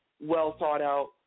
well-thought-out